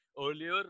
earlier